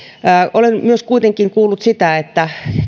olen myös kuitenkin kuullut sitä että